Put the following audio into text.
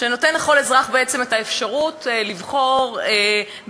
שנותן לכל אזרח בעצם את האפשרות לבחור באיזו